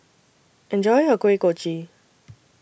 Enjoy your Kuih Kochi